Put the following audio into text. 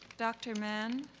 dr. mann?